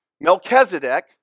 Melchizedek